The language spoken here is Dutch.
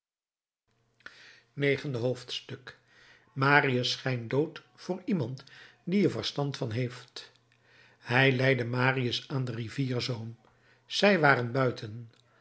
negende hoofdstuk marius schijnt dood voor iemand die er verstand van heeft hij leide marius aan den rivierzoom zij waren buiten